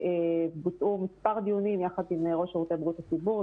התקיימו מספר דיונים יחד עם ראש בריאות הציבור,